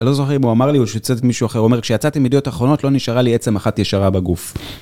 אני לא זוכר אם הוא אמר לי או שהוא ציטט מישהו אחר. הוא אומר כשיצאתי מידיעות אחרונות לא נשארה לי עצם אחת ישרה בגוף